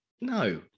no